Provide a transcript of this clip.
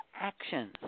actions